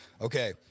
Okay